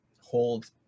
hold